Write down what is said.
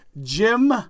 Jim